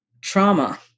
trauma